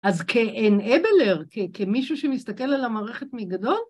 ‫אז כאנאבלר, כמישהו ‫שמסתכל על המערכת מגדול...